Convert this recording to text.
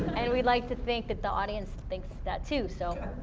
and we like to think that the audience thinks that too, so.